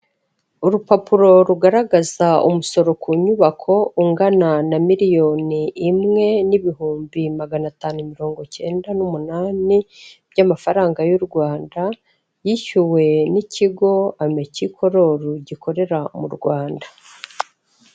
Urupapuro rugaragaza umusoro ku nyubako ungana na miliyoni imwe n'ibihumbi magana atanu mirongo cyenda n'umunani by'amafaranga y' u Rwanda, yishyuwe n'ikigo amekikororu gikorera mu Rwanda.